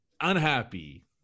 unhappy